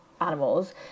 animals